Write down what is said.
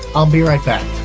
i'll be right back.